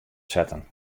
setten